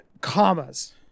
Commas